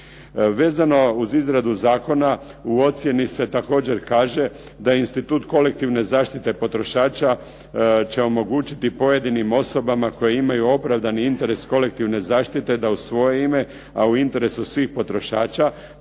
Vezano uz izradu zakona u ocjeni se također kaže da institut kolektivne zaštite potrošača će omogućiti pojedinim osobama koje imaju opravdani interes kolektivne zaštite da u svoje ime a u interesu svih potrošača